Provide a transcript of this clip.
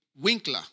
Winkler